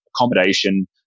accommodation